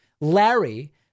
Larry